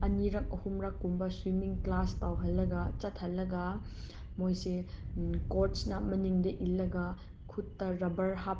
ꯑꯅꯤꯔꯛ ꯑꯍꯨꯝꯂꯛꯀꯨꯝꯕ swimming class ꯇꯧꯍꯜꯂꯒ ꯆꯠꯍꯜꯂꯒ ꯃꯣꯏꯁꯦ ꯀꯣꯔꯁꯅ ꯃꯅꯤꯡꯗ ꯏꯜꯂꯒ ꯈꯨꯠꯇ ꯔꯕꯔ ꯍꯥꯞ